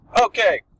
Okay